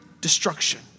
destruction